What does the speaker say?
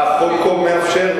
מה החוק מאפשר?